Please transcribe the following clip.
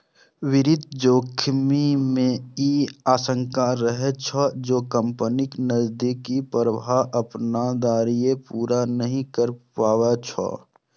वित्तीय जोखिम मे ई आशंका रहै छै, जे कंपनीक नकदीक प्रवाह अपन दायित्व पूरा नहि कए पबै छै